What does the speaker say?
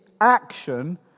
action